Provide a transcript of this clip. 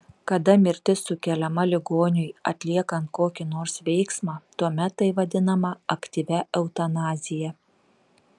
kada mirtis sukeliama ligoniui atliekant kokį nors veiksmą tuomet tai vadinama aktyvia eutanazija